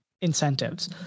incentives